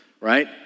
right